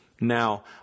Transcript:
Now